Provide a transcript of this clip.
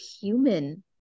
human